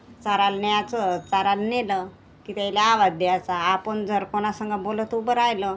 चाराला न्यायचं चाराला नेलं की त्यायला आवाज द्यायचा आपण जर कोणासंगं बोलत उभं राहिलं